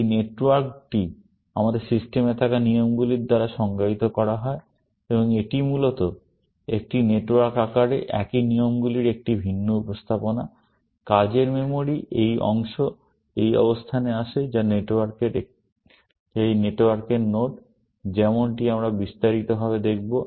এই নেটওয়ার্কটি আমাদের সিস্টেমে থাকা নিয়মগুলির দ্বারা সংজ্ঞায়িত করা হয় এবং এটি মূলত একটি নেটওয়ার্ক আকারে একই নিয়মগুলির একটি ভিন্ন উপস্থাপনা । কাজের মেমরি এই অংশ এই অবস্থানে বসে যা এই নেটওয়ার্কের নোড যেমনটি আমরা বিস্তারিতভাবে দেখব